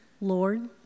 Lord